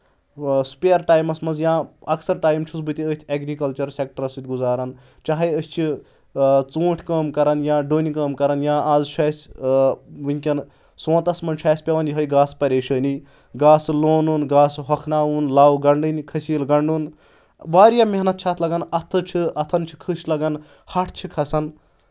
spare ٹایمَس منٛز یا اَکثر ٹایم چھُس بہٕ تہِ أتھۍ ایٚگرِکَلچَر سیٚکٹرَس سۭتۍ گُزارَن چاہے أسۍ چھِ ژوٗنٛٹھۍ کٲم کَران یا ڈوٚنۍ کٲم کَرَان یا آز چھُ اَسہِ وٕنکؠن سونتَس منٛز چھُ اَسہِ پؠوان یِہوے گاسہٕ پریشٲنی گاسہٕ لونُن گاسہٕ ہۄکھناوُن لَو گنٛڈٕنۍ خٔسیٖل گنٛڈُن واریاہ محنت چھِ اَتھ لگان اَتھٕ چھِ اَتھن چھِ خٔش لگان ہٹ چھِ کھسان